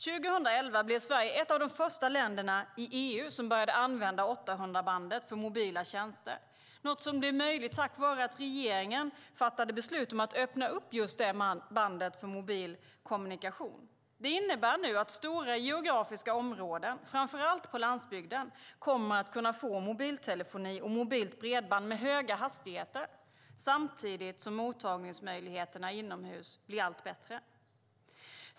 År 2011 blev Sverige ett av de första länderna i EU som började använda 800-bandet för mobila tjänster, vilket blev möjligt tack vare att regeringen fattade beslut om att öppna upp just det bandet för mobil kommunikation. Det innebär att stora geografiska områden, framför allt på landsbygden, kommer att kunna få mobiltelefoni och mobilt bredband med höga hastigheter samtidigt som mottagningsmöjligheterna inomhus blir allt bättre.